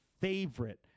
favorite